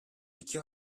i̇ki